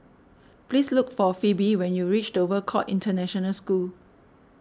please look for Phebe when you reach Dover Court International School